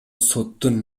соттун